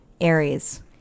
Aries